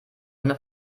eine